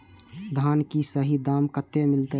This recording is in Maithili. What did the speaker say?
धान की सही दाम कते मिलते?